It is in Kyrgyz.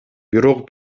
бирок